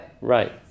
Right